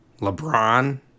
LeBron